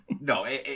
No